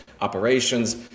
operations